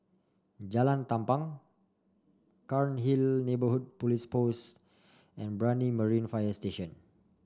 Jalan Tampang Cairnhill Neighbourhood Police Post and Brani Marine Fire Station